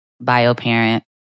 bio-parent